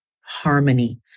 harmony